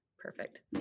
Perfect